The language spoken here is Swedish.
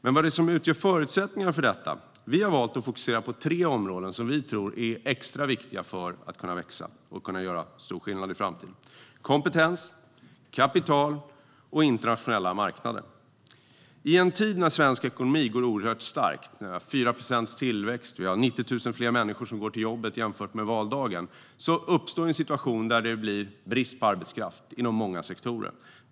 Vad är det då som utgör förutsättningarna för detta? Vi har valt att fokusera på tre områden som vi tror är extra viktiga för att kunna växa och göra stor skillnad i framtiden: kompetens, kapital och internationella marknader. I en tid när svensk ekonomi går oerhört starkt - vi har 4 procents tillväxt, och 90 000 fler människor går till jobbet jämfört med valdagen - uppstår en situation där det blir brist på arbetskraft inom många sektorer.